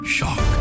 Shock